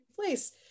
place